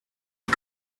you